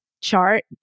chart